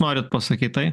norit pasakyt tai